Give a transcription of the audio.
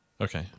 Okay